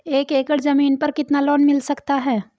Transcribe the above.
एक एकड़ जमीन पर कितना लोन मिल सकता है?